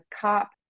COP